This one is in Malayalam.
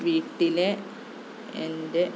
വീട്ടിലെ എൻ്റെ